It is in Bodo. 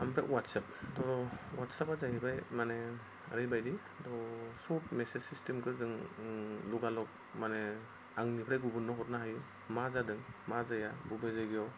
ओमफ्राय व्हाट्सेपाथ' जाहैबाय माने ओरैबायदि सोब मेसेज सिस्टेमखौ जों लगालग माने आंनिफ्राय गुबुननो हरनो हायो मा जादों मा जाया बबे जायगायाव